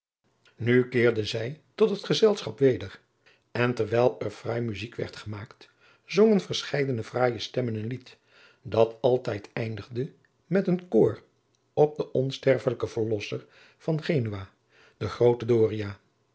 nu keerden zij tot het gezelschap weder en terwijl er fraai muzijk werd gemaakt zongen verscheide fraaije stemmen een lied dat altijd eindigde met een koor op den onsterfelijken verlosser van genua den grooten